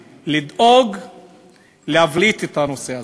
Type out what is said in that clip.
לדאוג להבליט את הנושא הזה.